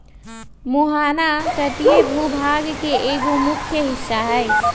मुहाना तटीय भूभाग के एगो मुख्य हिस्सा हई